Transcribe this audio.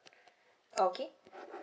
okay